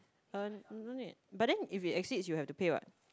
uh no need but then if it exceeds you have to pay [what]